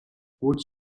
woods